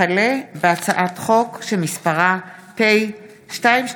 הצעת חוק פיקוח